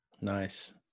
Nice